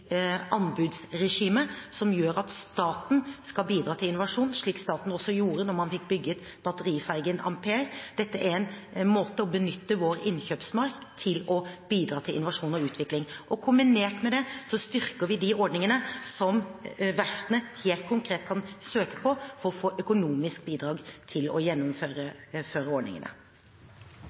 som gjør at staten skal bidra til innovasjon, slik staten også gjorde da man fikk bygget batterifergen «Ampere». Dette er en måte å benytte vår innkjøpsmakt på til å bidra til innovasjon og utvikling. Kombinert med det styrker vi de ordningene som verftene helt konkret kan søke på for å få økonomisk bidrag til å